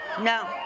No